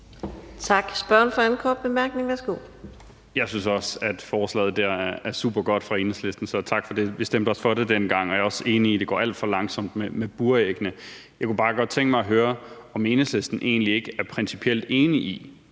Jeg synes også, at det forslag fra Enhedslisten er supergodt. Så tak for det. Vi stemte også for det dengang, og jeg er også enig i, at det går alt for langsomt med buræggene. Jeg kunne bare godt tænke mig at høre, om Enhedslisten egentlig ikke er principielt enig i,